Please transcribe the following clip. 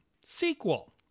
sequel